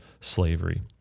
slavery